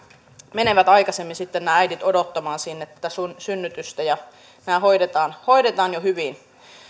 menevät aikaisemmin sitten odottamaan synnytystä sinne ja nämä hoidetaan jo hyvin